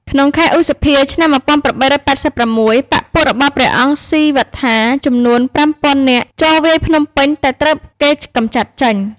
ក្នុងខែឧសភា ឆ្នាំ ១៨៨៦ បក្សពួករបស់ព្រះអង្គស៊ីវត្ថាចំនួន ៥០០០ នាក់ចូលវាយភ្នំពេញ តែត្រូវគេកម្ចាត់ចេញ។